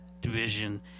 division